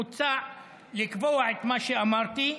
מוצע לקבוע את מה שאמרתי.